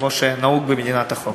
כמו שנהוג במדינת חוק.